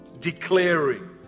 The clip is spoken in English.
declaring